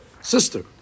sister